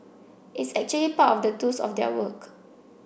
it's actually part of the tools of their work